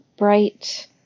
bright